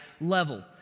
level